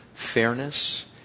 fairness